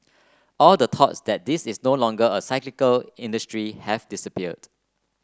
all the thoughts that this is no longer a cyclical industry have disappeared